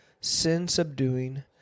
sin-subduing